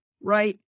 right